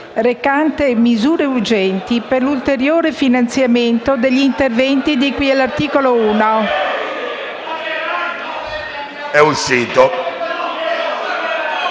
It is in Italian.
recante misure urgenti per l'ulteriore finanziamento degli interventi di cui alla legge n.